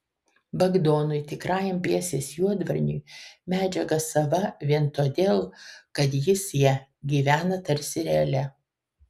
bagdonui tikrajam pjesės juodvarniui medžiaga sava vien todėl kad jis ja gyvena tarsi realia